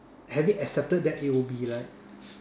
having accepted that it will be like